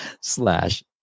slash